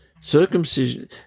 Circumcision